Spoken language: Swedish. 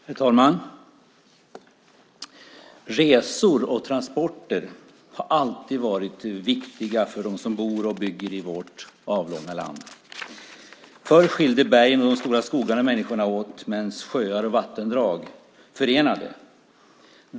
Herr talman! Resor och transporter har alltid varit viktiga för dem som bor och bygger i vårt avlånga land. Förr skilde bergen och de stora skogarna människorna åt, medan sjöar och vattendrag förenade.